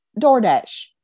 DoorDash